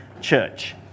church